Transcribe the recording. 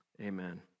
amen